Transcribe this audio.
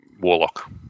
Warlock